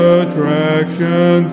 attraction